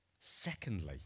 Secondly